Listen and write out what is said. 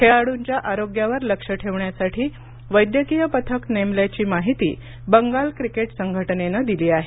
खेळाडूंच्या आरोग्यावर लक्ष ठेवण्यासाठी वैद्यकीय पथक नेमल्याची माहिती बंगाल क्रिकेट संघटनेनं दिली आहे